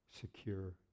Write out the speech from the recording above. secure